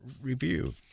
review